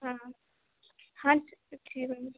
हाँ हाँ जी मैम